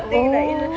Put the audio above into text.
oh